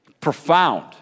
profound